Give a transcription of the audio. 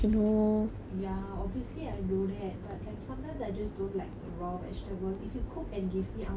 ya obviously I know that but like sometimes I just don't like the raw vegetables if you cook and give me I will eat it dude